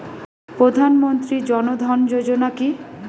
প্রধান মন্ত্রী জন ধন যোজনা কি?